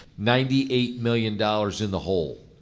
ninety eight million dollars in the hole.